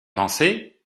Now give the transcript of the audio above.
pensées